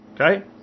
Okay